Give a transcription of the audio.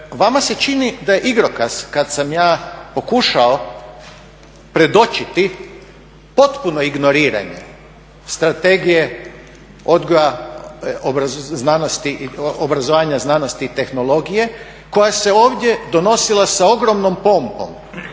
vama se čini da je igrokaz kad sam ja pokušao predočiti potpuno ignoriranje Strategije odgoja, obrazovanja, znanosti i tehnologije koje se ovdje donosila sa ogromnom pompom